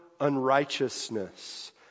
unrighteousness